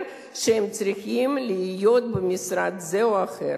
שהם צריכים להיות במשרד זה או אחר.